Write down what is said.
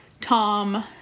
Tom